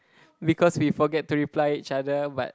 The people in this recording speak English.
because we forget to reply each other but